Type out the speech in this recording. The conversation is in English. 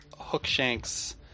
hookshanks